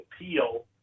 appeal